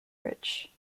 rich